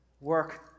work